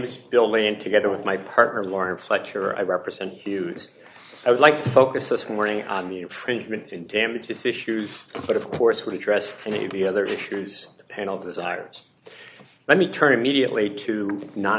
is bill lee and together with my partner laura fletcher i represent the u s i would like to focus this morning on the infringement in damages issues but of course would address and maybe other issues and all desires let me turn immediately to no